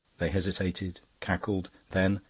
they hesitated, cackled then,